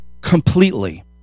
completely